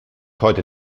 heute